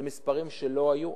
אלה מספרים שלא היו,